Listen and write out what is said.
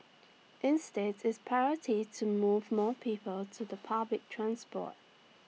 insteads its priority to move more people to the public transport